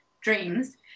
dreams